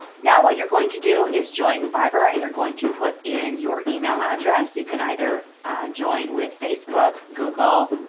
now what you're going to do is join fiverr and you're going to put in your email address, you can either join with facebook, google,